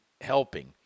helping